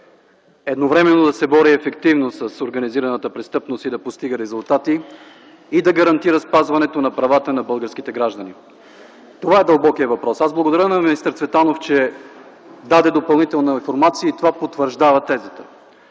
едновременно да се бори ефективно с организираната престъпност и да постига резултати, и да гарантира спазването на правата на българските граждани – това е дълбокият въпрос. Благодаря на министър Цветанов, че даде допълнителна информация и това потвърждава тезата.